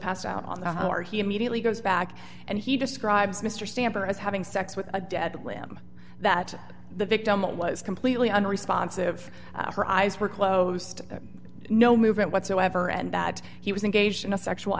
passed out on the hour he immediately goes back and he describes mr stamper as having sex with a dead limb that the victim was completely unresponsive her eyes were closed no movement whatsoever and that he was engaged in a sexual